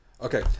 okay